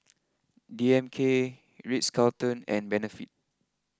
D M K Ritz Carlton and Benefit